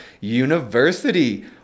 University